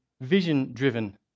vision-driven